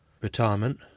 Retirement